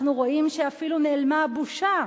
אנחנו רואים שאפילו נעלמה הבושה.